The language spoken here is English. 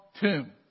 tomb